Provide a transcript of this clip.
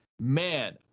man